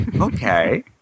okay